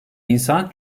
insan